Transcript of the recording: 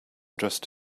dressed